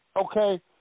okay